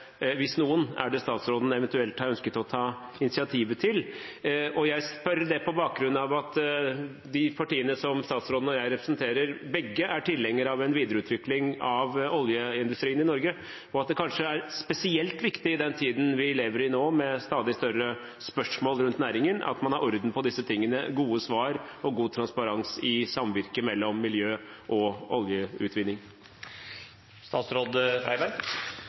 hvis noen, er det statsråden eventuelt har ønsket å ta initiativet til? Jeg spør på bakgrunn av at de partiene som statsråden og jeg representerer, begge er tilhengere av en videreutvikling av oljeindustrien i Norge, og at det kanskje er spesielt viktig i den tiden vi lever i nå, med stadig større spørsmål rundt næringen, at man har orden på disse tingene, gode svar og god transparens i samvirket mellom miljø og oljeutvinning.